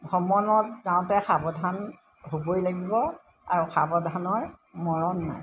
ভ্ৰমণত যাওঁতে সাৱধান হ'বই লাগিব আৰু সাৱধানৰ মৰণ নাই